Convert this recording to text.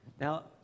Now